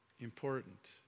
important